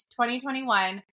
2021